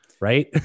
right